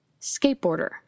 skateboarder